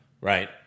Right